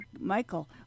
Michael